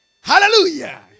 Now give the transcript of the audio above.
Hallelujah